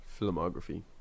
filmography